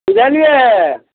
बुझलियै